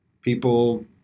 people